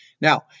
Now